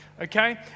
Okay